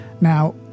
Now